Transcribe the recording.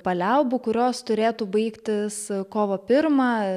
paliaubų kurios turėtų baigtis kovo pirmą